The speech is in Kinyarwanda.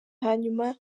hanyuma